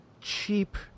cheap